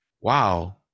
wow